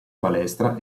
palestra